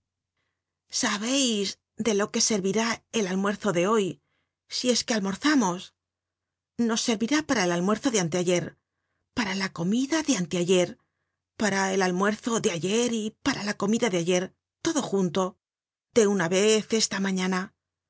sabeis de lo que servirá el almuerzo de hoy si es que almorzamos nos servirá para el almuerzo de anteayer para la comida de anteayer para el almuerzo de ayer y para la comida de ayer todo junto de una vez esta mañana